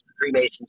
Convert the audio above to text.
freemasons